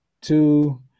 two